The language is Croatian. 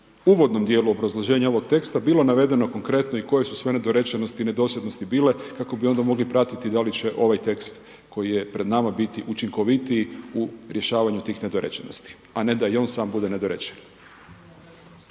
u uvodnom dijelu obrazloženja ovog teksta bilo navedeno i konkretno i koje su sve nedorečenosti i nedosljednosti bile kako bi onda mogli pratiti da li će ovaj tekst koji je pred nama biti učinkovitiji u rješavanju tih nedorečenosti, a ne da i on sam bude nedorečen.